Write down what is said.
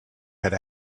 had